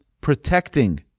protecting